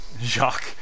Jacques